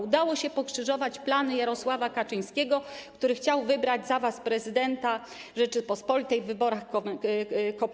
Udało się pokrzyżować plany Jarosława Kaczyńskiego, który chciał wybrać za was prezydenta Rzeczypospolitej w wyborach kopertowych.